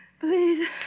Please